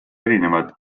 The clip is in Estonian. erinevad